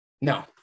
No